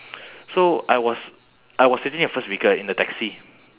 so I was I was sitting in the first vehicle in the taxi